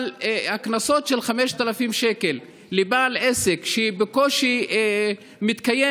אבל קנס של 5,000 שקל לבעל עסק שבקושי מתקיים,